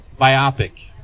Biopic